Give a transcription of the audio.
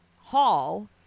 Hall